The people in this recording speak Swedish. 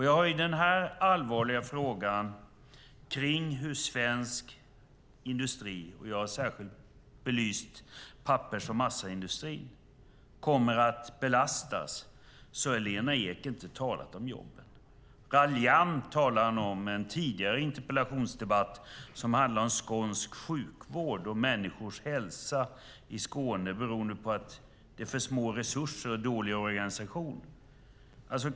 Jag har tagit upp den allvarliga frågan kring hur svensk industri, och har särskilt belyst pappers och massaindustrin, kommer att belastas. Lena Ek har inte talat om jobben. Raljant talar hon om en tidigare interpellationsdebatt, som handlade om skånsk sjukvård och människors hälsa i Skåne, beroende på att det är för små resurser och dålig organisation.